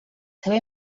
seva